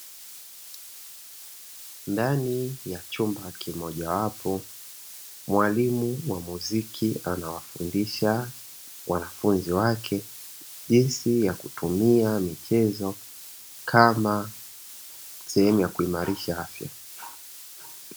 Ndani ya chumba kimoja wapo, mwalimu wa muziki anawafundisha wanafunzi wake jinsi ya kutumia michezo kama sehemu ya afya.